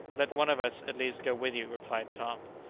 let one of us, at least, go with you, replied tom.